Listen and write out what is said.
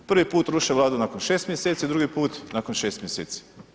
Prvi put ruše Vladu nakon 6 mjeseci, drugi put nakon 6 mjeseci.